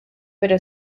pero